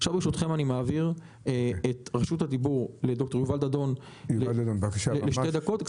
עכשיו ברשותכם אני מעביר את רשות הדיבור לד"ר יובל דאדון לשתי דקות,